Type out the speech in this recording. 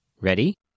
Ready